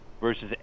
versus